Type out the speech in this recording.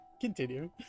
Continue